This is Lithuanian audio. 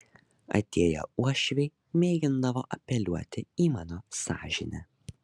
atėję uošviai mėgindavo apeliuoti į mano sąžinę